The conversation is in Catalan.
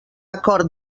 acord